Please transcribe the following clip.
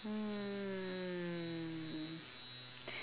um